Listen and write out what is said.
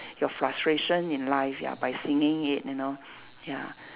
your frustration in life ya by singing it you know ya